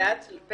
פה